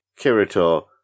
Kirito